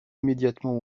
immédiatement